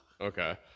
okay